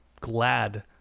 glad